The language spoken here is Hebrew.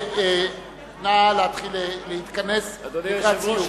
נא להתחיל להתכנס לקראת סיום.